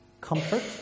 comfort